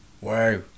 Wow